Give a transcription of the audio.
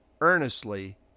earnestly